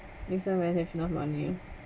this time I have not enough money